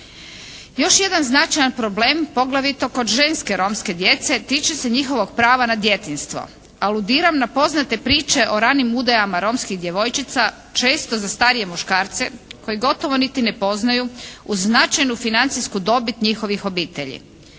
Još jedan značajan problem poglavito kod ženske romske djece tiče se njihovog prava na djetinjstvo. Aludiram na poznate priče o ranim udajama romskih djevojčica često za starije muškarce koje gotovo niti ne poznaju uz značajnu financijsku dobit njihovih obitelji.